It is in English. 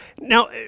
Now